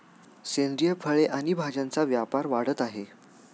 सेंद्रिय फळे आणि भाज्यांचा व्यापार वाढत आहे